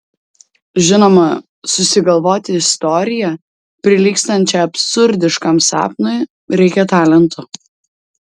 žinoma susigalvoti istoriją prilygstančią absurdiškam sapnui reikia talento